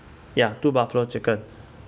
ya two buffalo chicken